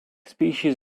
species